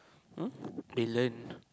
mm they learn